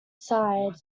side